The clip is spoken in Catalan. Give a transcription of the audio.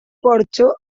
porxo